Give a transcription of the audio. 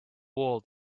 war